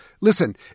Listen